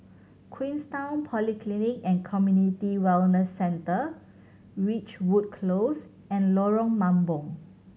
Queenstown Polyclinic and Community Wellness Centre Ridgewood Close and Lorong Mambong